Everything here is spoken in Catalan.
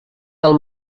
del